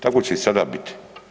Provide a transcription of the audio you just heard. Tako će i sada biti.